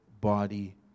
body